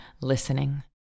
listening